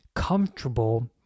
comfortable